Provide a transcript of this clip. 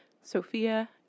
Sophia